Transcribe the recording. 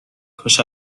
کاش